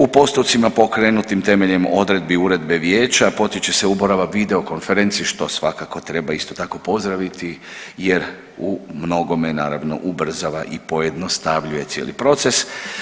U postupcima pokrenutim temeljem odredbi uredbe Vijeća potiče se uporaba video konferencije što svakako treba isto tako pozdraviti jer u mnogome naravno ubrzava i pojednostavljuje cijeli proces.